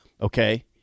Okay